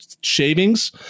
shavings